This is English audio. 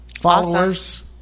followers